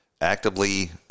actively